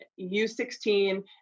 U16